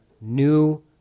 new